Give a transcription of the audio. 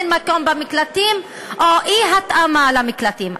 אין מקום במקלטים,